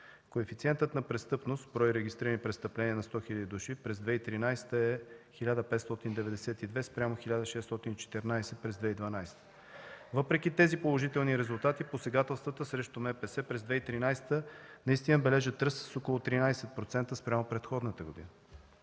Коефициентът на престъпност, брой регистрирани престъпления на 100 хил. души през 2013 г. е 1592 спрямо 1614 през 2012 г. Въпреки тези положителни резултати посегателствата срещу МПС през 2013 г. наистина бележат ръст с около 13% спрямо предходната година.